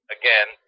again